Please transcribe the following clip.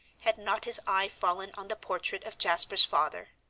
had not his eye fallen on the portrait of jasper's father.